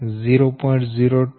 08 pu અને 0